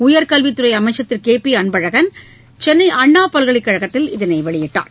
உயர்கல்வித் துறை அமைச்சர் திரு கே பி அன்பழகள் சென்னை அண்ணா பல்கலைக்கழகத்தில் இதனை வெளியிட்டார்